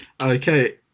Okay